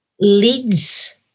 leads